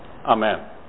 Amen